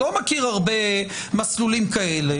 אני לא מכיר הרבה מסלולים כאלה.